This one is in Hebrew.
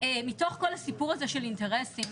מתוך כל הסיפור הזה של אינטרסים